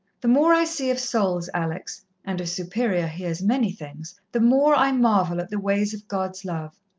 the more i see of souls, alex and a superior hears many things the more i marvel at the ways of god's love.